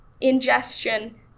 ingestion